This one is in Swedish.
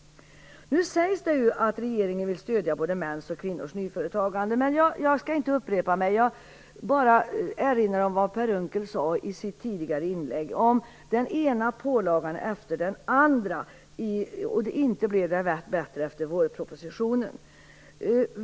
Nu sägs det att regeringen vill stödja både mäns och kvinnors nyföretagande, men jag vill bara erinra vad Per Unckel sade i sitt tidigare inlägg: Det kommer den ena pålagan efter den andra, och inte blev det bättre efter vårpropositionen.